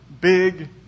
big